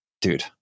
dude